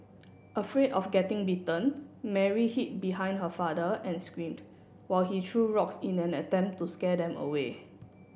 afraid of getting bitten Mary hid behind her father and screamed while he threw rocks in an attempt to scare them away